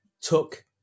took